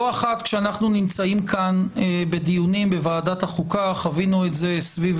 לא אחת כשאנחנו נמצאים כאן בדיונים בוועדת החוקה חווינו את זה סביב